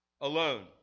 alone